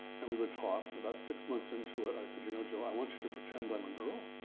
and we would talk. and about six months into it, i said you know, joe, i want you to pretend i'm a girl.